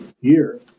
year